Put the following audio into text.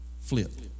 flip